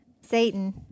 Satan